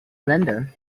lindner